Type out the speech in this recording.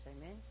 Amen